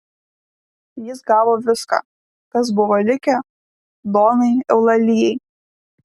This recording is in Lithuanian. jis gavo viską kas buvo likę donai eulalijai